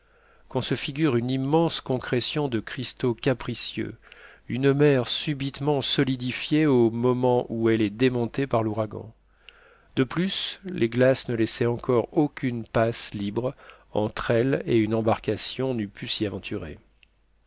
qu'on se figure une immense concrétion de cristaux capricieux une mer subitement solidifiée au moment où elle est démontée par l'ouragan de plus les glaces ne laissaient encore aucune passe libre entre elles et une embarcation n'eût pu s'y aventurer